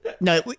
No